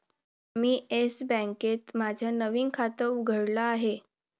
मी Yes बँकेत माझं नवीन खातं उघडलं आहे